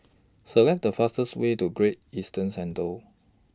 Select The fastest Way to Great Eastern Centre